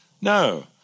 No